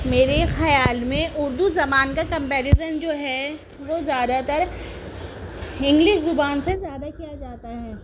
میرے خیال میں اردو زبان کا کمپیریزن جو ہے وہ زیادہ تر انگلش زبان سے زیادہ کیا جاتا ہے